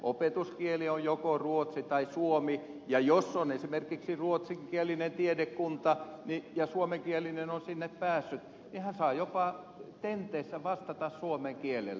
opetuskieli on joko ruotsi tai suomi ja jos on esimerkiksi ruotsinkielinen tiedekunta ja suomenkielinen on sinne päässyt niin hän saa jopa tenteissä vastata suomen kielellä